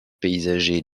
paysager